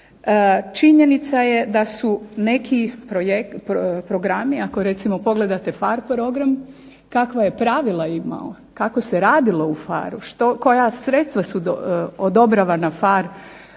Činjenica je da su neki programi ako recimo pogledate PHAR program kakva je pravila imao, kako se radilo u PHARE-u, koja sredstva PHARE u